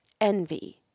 envy